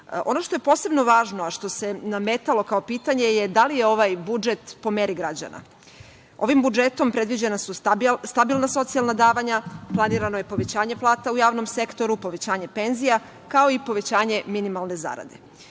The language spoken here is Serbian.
što je posebno važno, a što se nametalo kao pitanje je da li je ovaj budžet po meri građana. Ovim budžetom predviđena su stabilna socijalna davanja, planirano je povećanje plata u javnom sektoru, povećanje penzija, kao i povećanje minimalne zarade. Ono